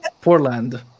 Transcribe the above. Portland